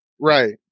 Right